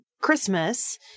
Christmas